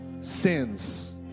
sins